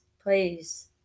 Please